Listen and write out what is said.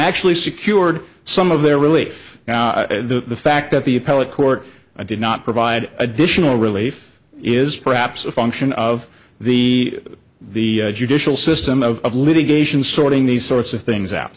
actually secured some of their relief to the fact that the appellate court i did not provide additional relief is perhaps a function of the the judicial system of litigation sorting these sorts of things